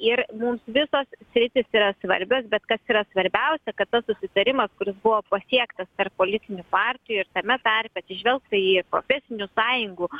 ir mums visos sritys yra svarbios bet kas yra svarbiausia kad tas susitarimas kuris buvo pasiektas tarp politinių partijų ir tame tarpe atsižvelgta į profesinių sąjungų